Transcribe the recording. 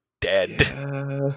dead